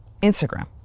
Instagram